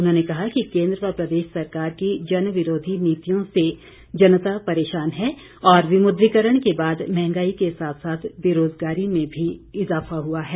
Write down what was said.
उन्होंने कहा कि केंद्र व प्रदेश सरकार की जन विरोधी नीतियों से जनता परेशान है और विमुद्रीकरण के बाद मंहगाई के साथ साथ बेरोजगारी में भी इजाफा हुआ है